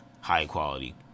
high-quality